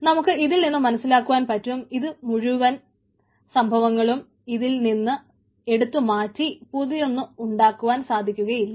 നമുക്ക് ഇതിൽ നിന്നും മനസ്സിലാക്കുവാൻ പറ്റും ഈ മുഴുവൻ സംഭവങ്ങളും ഇതിൽ നിന്നും എടുത്ത് മാറ്റി പുതിയത് ഉണ്ടാക്കുവാൻ സാധിക്കുകയില്ല